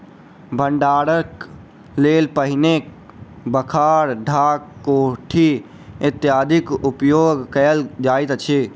भंडारणक लेल पहिने बखार, ढाक, कोठी इत्यादिक उपयोग कयल जाइत छल